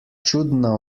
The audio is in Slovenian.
čudna